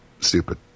stupid